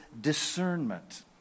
discernment